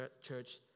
church